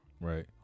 Right